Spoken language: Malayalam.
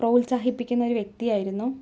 പ്രോത്സാഹിപ്പിക്കുന്ന ഒരു വ്യക്തിയായിരുന്നു